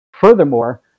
Furthermore